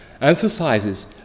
emphasizes